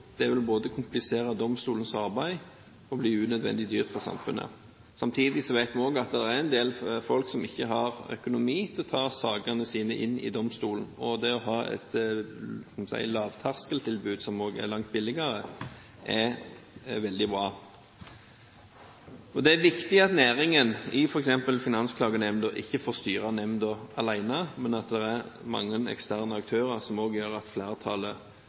Det vil både komplisere domstolens arbeid og bli unødvendig dyrt for samfunnet. Samtidig vet vi at det er en del som ikke har økonomi til å ta sakene sine inn i domstolen, og det å ha et lavterskeltilbud, som også er langt billigere, er veldig bra. Det er viktig at næringen ikke får styre f.eks. Finansklagenemnda alene, men at det er mange eksterne aktører, som også gjør at flertallet